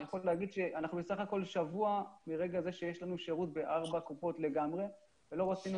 אנחנו בסך הכול שבוע מהרגע שיש לנו שירות בארבע קופות ולא רצינו